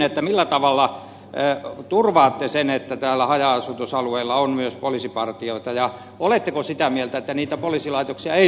kysyn millä tavalla turvaatte sen että täällä haja asutusalueilla on myös poliisipartioita ja oletteko sitä mieltä että niitä poliisilaitoksia ei ole lopetettu